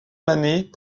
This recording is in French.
manet